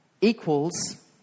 equals